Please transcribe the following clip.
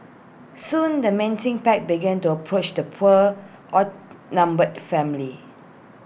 soon the menacing pack began to approach the poor outnumbered family